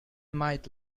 might